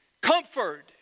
comfort